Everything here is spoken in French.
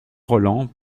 rolland